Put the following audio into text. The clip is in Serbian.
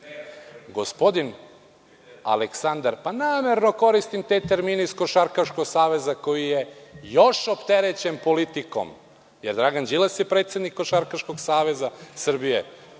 omogućio takav zicer. Namerno koristim te termine iz Košarkaškog saveza koji je još opterećen politikom, jer Dragan Đilas je predsednik Košarkaškog saveza Srbije.